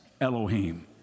Elohim